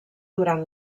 durant